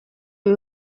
ibi